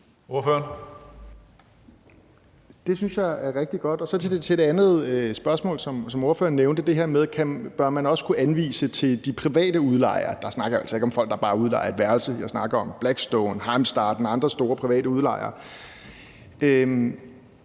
Det synes jeg er rigtig godt. Til det andet spørgsmål, som spørgeren stillede, altså om man også bør kunne anvise til de private udlejere – og der snakker jeg altså ikke om folk, der bare udlejer et værelse, jeg snakker om Blackstone, Heimstaden og andre store private udlejere